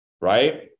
right